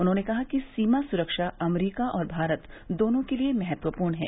उन्होंने कहा कि सीमा सुरक्षा अमरीका और भारत दोनों के लिए महत्वपूर्ण है